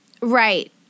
Right